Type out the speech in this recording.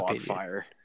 fire